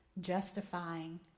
justifying